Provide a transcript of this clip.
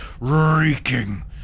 reeking